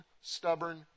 stubborn